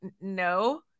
no